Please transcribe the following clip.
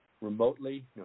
remotely